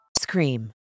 Scream